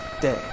day